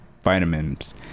vitamins